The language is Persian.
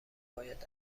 باید